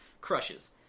crushes